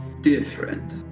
different